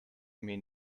mean